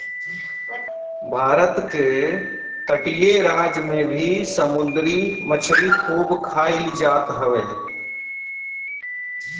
भारत के तटीय राज में भी समुंदरी मछरी खूब खाईल जात हवे